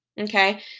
Okay